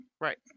right